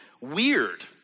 weird